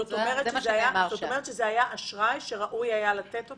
זה היה אשראי שהיה ראוי לתת אותו?